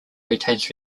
retains